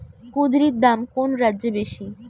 কুঁদরীর দাম কোন রাজ্যে বেশি?